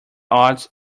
odds